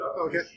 Okay